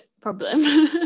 problem